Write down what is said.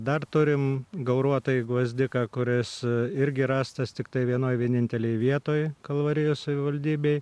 dar turim gauruotąjį gvazdiką kuris irgi rastas tiktai vienoj vienintelėj vietoj kalvarijos savivaldybėj